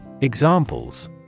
Examples